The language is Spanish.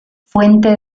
fuente